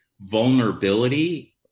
vulnerability